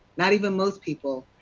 not even most people.